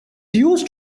used